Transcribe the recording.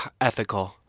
ethical